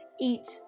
eat